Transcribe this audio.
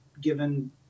given